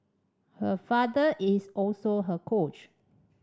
her father is also her coach